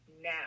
now